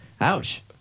Ouch